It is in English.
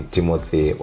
Timothy